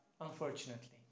unfortunately